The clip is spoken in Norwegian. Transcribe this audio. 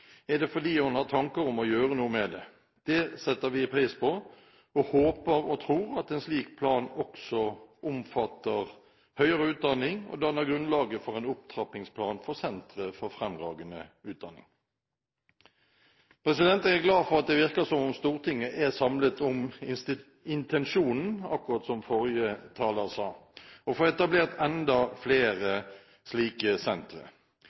er det fordi hun har tanker om å gjøre noe med det. Det setter vi pris på og håper og tror at en slik plan også omfatter høyere utdanning og danner grunnlaget for en opptrappingsplan for sentre for fremragende utdanning. Jeg er glad for at det virker som om Stortinget er samlet om intensjonen om – akkurat som forrige taler sa – å få etablert enda flere slike sentre.